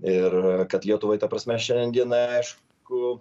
ir kad lietuvai ta prasme šiandienai aišku